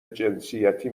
جنسیتی